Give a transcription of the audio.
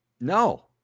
No